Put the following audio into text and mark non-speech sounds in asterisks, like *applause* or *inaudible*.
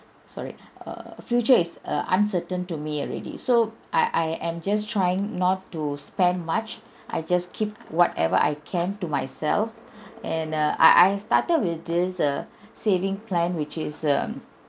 sorry err future is err uncertain to me already so I I am just trying not to spend much I just keep whatever I can to myself *breath* and uh I I started with this uh saving plan which is um